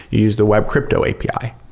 you use the web crypto api.